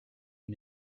and